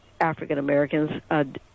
African-Americans